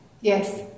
Yes